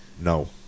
No